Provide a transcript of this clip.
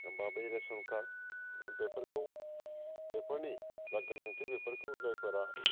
बा बै ration card बेफोरखौ बेफोरनि जा गोनांथि बेफोरखौ जायफोरा